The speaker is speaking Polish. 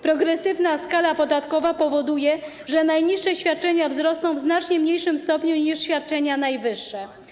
Progresywna skala podatkowa powoduje, że najniższe świadczenia wzrosną w znacznie mniejszym stopniu niż świadczenia najwyższe.